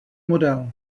model